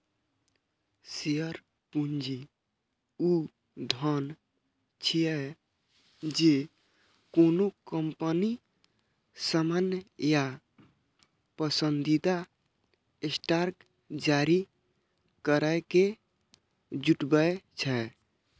share पूंजी ऊ धन छियै, जे कोनो कंपनी सामान्य या पसंदीदा स्टॉक जारी करैके जुटबै छै